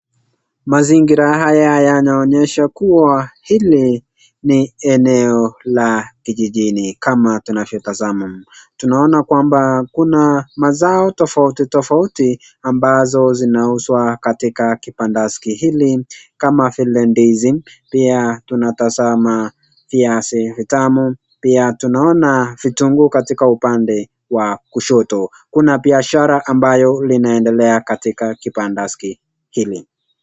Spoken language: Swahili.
Mazingira haya yanaonyesha kuwa hili ni eneo la kijijini kama tunavyotazama. Tunaona kwamba kuna mazao tofauti tofauti ambazo zinauzwa katika kibandaski hili kama vile ndizi pia tunatazama viazi vitamu, pia tunaona vitunguu katika upande wa kushoto kuna biashara ambayo linaendelea katika kibandaski hili.